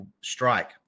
strike